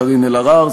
קארין אלהרר,